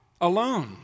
alone